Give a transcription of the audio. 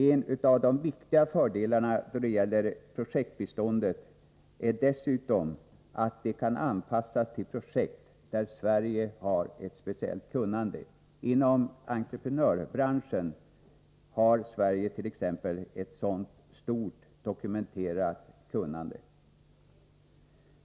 En av de viktiga fördelarna då det gäller projektbiståndet är att detta kan anpassas till projekt där Sverige har ett speciellt kunnande. Inom entreprenörbranschen t.ex. har Sverige ett stort dokumenterat kunnande.